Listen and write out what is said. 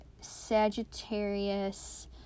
Sagittarius